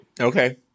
Okay